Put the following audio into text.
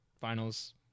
finals